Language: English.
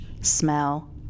smell